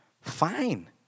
fine